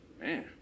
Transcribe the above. man